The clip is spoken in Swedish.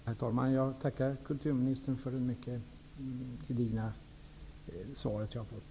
Herr talman! Jag tackar kulturministern för det mycket gedigna svar jag har fått.